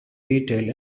detail